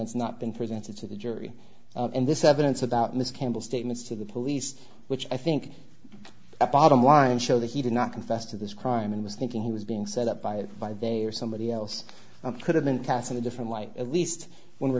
evidence not been presented to the jury and this evidence about miss campbell statements to the police which i think the bottom line show that he did not confess to this crime and was thinking he was being set up by it by they or somebody else could have been cast in a different light at least when we